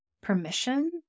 permission